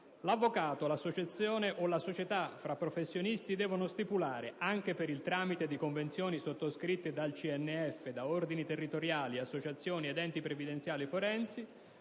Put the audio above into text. «L'avvocato, l'associazione o la società fra professionisti devono stipulare, anche per il tramite di convenzioni sottoscritte dal CNF, da ordini territoriali, associazioni ed enti previdenziali forensi,